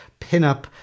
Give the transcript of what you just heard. pinup